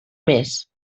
més